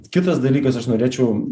kitas dalykas aš norėčiau